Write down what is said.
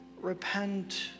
repent